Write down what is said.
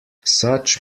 such